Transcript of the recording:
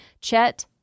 Chet